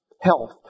health